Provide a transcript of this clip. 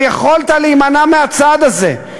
ויכולת להימנע מהצעד הזה,